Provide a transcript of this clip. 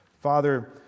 Father